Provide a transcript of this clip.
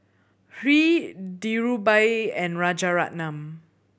Hri Dhirubhai and Rajaratnam